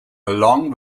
along